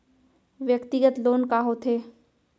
व्यक्तिगत लोन का होथे?